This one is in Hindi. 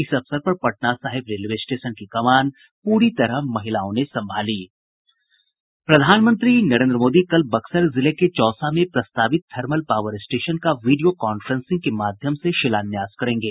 इधर पटना साहिब रेलवे स्टेशन की कमान पूरी तरह महिलाओं ने संभाली प्रधानमंत्री नरेन्द्र मोदी कल बक्सर जिले के चौसा में प्रस्तावित थर्मल पावर स्टेशन का वीडियो कॉफ्रेंसिंग के माध्यम से शिलान्यास करेंगे